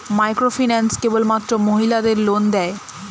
Microfinance কেবলমাত্র মহিলাদের loan দেয়?